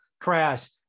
crash